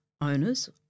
owners